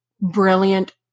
brilliant